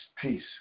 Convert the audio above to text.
peace